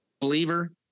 believer